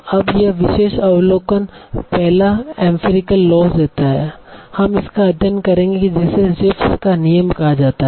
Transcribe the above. अब यह विशेष अवलोकन पहला एम्फिरिकल लॉज़ देता है कि हम इसका अध्ययन करेंगे जिसे Zipf's का नियम कहा जाता है